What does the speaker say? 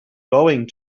going